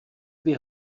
dvě